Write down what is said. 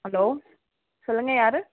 hello சொல்லுங்கள் யார்